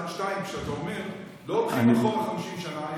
1. 2. כשאתה אומר שלא הולכים אחורה 50 שנה,